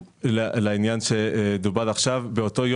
אנחנו ננסה לדאוג לכך שתקבלו תמונת מצב מסודרת.